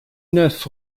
neuf